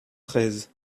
treize